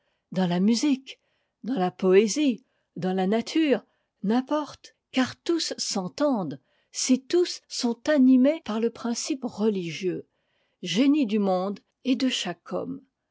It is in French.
dans la musique dans la poésie dans la nature n'importe car tous s'entendent si tous sont animés par le principe religieux génie du monde et de chaque homme